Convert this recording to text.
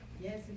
Yes